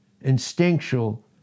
instinctual